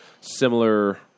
similar